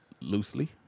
loosely